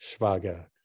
Schwager